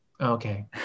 Okay